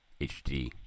HD